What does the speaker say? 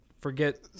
forget